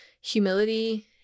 humility